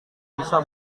bisa